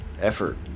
effort